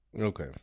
Okay